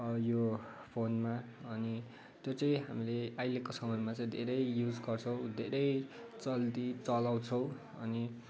यो फोनमा अनि त्यो चाहिँ हामीले अहिलेको समयमा चाहिँ धेरै युज गर्छौँ धेरै चल्ती चलाउँछौँ अनि